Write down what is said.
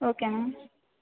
okay ma'am